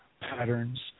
patterns